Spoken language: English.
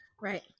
Right